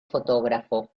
fotógrafo